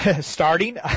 Starting